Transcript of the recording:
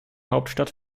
hauptstadt